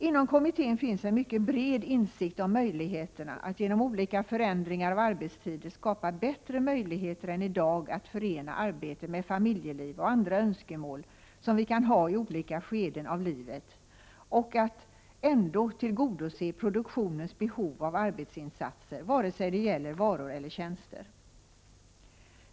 Inom kommittén finns en mycket bred insikt om möjligheterna att genom olika förändringar av arbetstider skapa bättre möjligheter än i dag att förena arbete med familjeliv och andra önskemål som vi kan ha i olika skeden av livet och ändå tillgodose produktionens behov av arbetsinsatser vare sig det gäller varor eller tjänster.